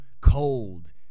cold